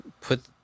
put